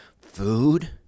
food